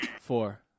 four